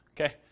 Okay